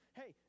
hey